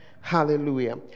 Hallelujah